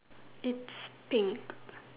it's pink